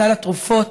סל התרופות,